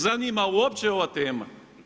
zanima uopće ova tema.